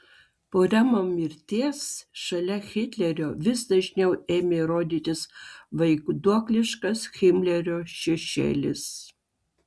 po remo mirties šalia hitlerio vis dažniau ėmė rodytis vaiduokliškas himlerio šešėlis